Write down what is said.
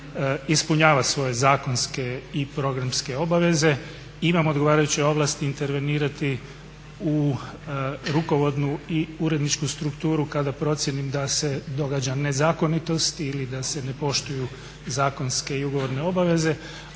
ispunjava svoje zakonske i programske obaveze. Imam odgovarajuće ovlasti intervenirati u rukovodnu i uredničku strukturu kada procijenim da se događa nezakonitost ili da se ne poštuju zakonske i ugovorne obaveze,